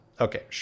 Okay